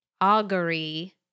augury